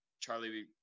Charlie